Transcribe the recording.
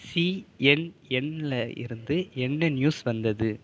சிஎன்எனில் இருந்து என்ன நியூஸ் வந்தது